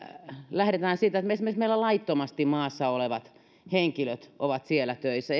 lähdemme siitä että esimerkiksi meillä laittomasti maassa olevat henkilöt ovat siellä töissä